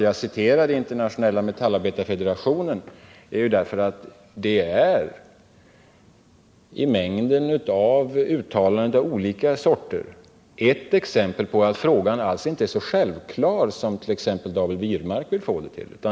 Jag citerade Internationella metallarbetarfederationen, därför att dess uttalande i mängden av uttalanden av olika slag utgör ett exempel på att frågan om hur man påverkas inte alls är så självklar som David Wirmark vill göra gällande.